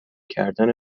کردن